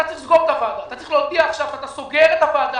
אתה צריך להודיע עכשיו שאתה סוגר את הוועדה,